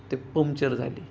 ते पमचर झाली